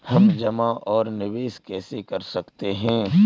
हम जमा और निवेश कैसे कर सकते हैं?